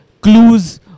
clues